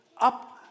up